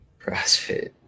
CrossFit